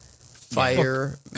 fire